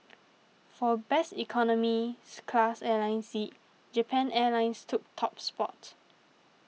for best economies class airline seat Japan Airlines took top spot